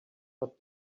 but